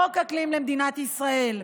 חוק אקלים למדינת ישראל,